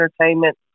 entertainment